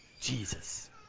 Jesus